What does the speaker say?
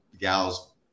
gal's